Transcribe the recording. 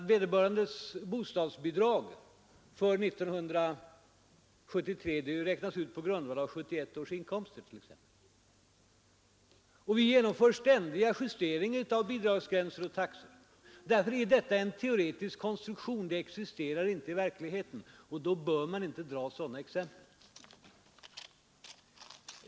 Vederbörandes bostadsbidrag för 1973 räknas ut på grundval av 1971 års inkomster. Vi genomför ständiga justeringar av bidragsgränser och taxor. Därför är detta en helt teoretisk konstruktion och existerar inte i verkligheten. Man bör inte ta sådana exempel.